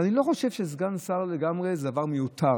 ואני לא חושב שסגן שר זה לגמרי דבר מיותר.